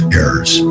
errors